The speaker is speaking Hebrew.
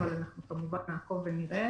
אבל אנחנו נעקוב ונראה,